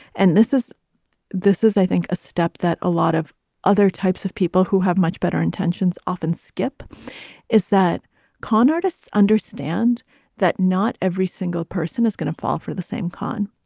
and this is this is, i think, a step that a lot of other types of people who have much better intentions often skip is that con artists understand that not every single person is going to fall for the same con.